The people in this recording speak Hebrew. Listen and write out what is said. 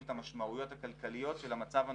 את המשמעויות הכלכליות של המצב הנוכחי,